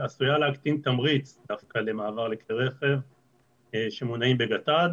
עשויה להקטין תמריץ דווקא למעבר לכלי רכב שמונעים בגט"ד,